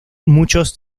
muchos